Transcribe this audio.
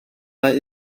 mae